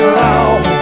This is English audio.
long